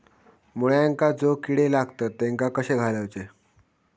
मुळ्यांका जो किडे लागतात तेनका कशे घालवचे?